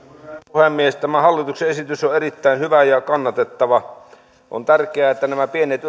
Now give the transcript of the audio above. puhemies tämä hallituksen esitys on erittäin hyvä ja kannatettava on tärkeää että nämä pienet